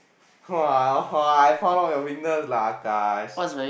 !wah! !wah! I found out your weakness lah Akash